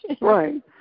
Right